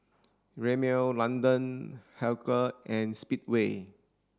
Rimmel London Hilker and Speedway